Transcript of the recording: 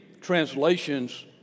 translations